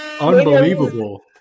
unbelievable